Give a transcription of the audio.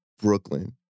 Brooklyn